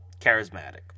charismatic